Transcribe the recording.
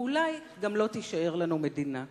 ואולי גם לא תישאר לנו מדינה.